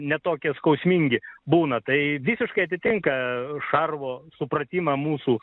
ne tokie skausmingi būna tai visiškai atitinka šarvo supratimą mūsų